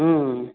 ହୁଁ